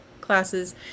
classes